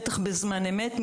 בטח בזמן אמת,